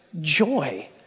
joy